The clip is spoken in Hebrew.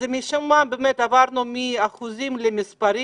משום מה עברנו מאחוזים למספרים.